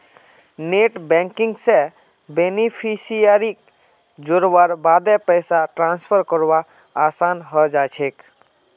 net banking स बेनिफिशियरीक जोड़वार बादे पैसा ट्रांसफर करवा असान है जाछेक